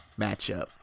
matchup